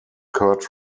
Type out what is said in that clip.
kurt